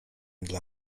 dla